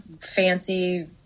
fancy